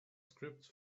scripts